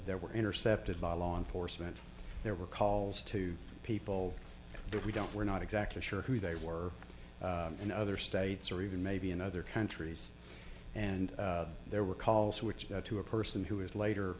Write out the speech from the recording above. there were intercepted by law enforcement there were calls to people that we don't we're not exactly sure who they were in other states or even maybe in other countries and there were calls which led to a person who is later